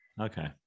okay